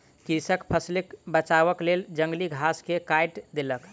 कृषक फसिलक बचावक लेल जंगली घास के काइट देलक